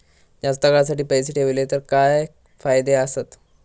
जास्त काळासाठी पैसे ठेवले तर काय फायदे आसत?